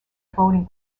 voting